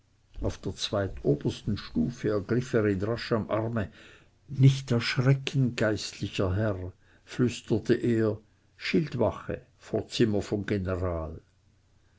auf der zweitobersten stufe ergriff er ihn rasch am arme nicht erschrecken geistlicher herr flüsterte er schildwache vor zimmer von general